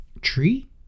Tree